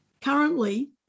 currently